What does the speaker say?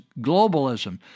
globalism